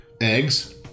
eggs